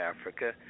Africa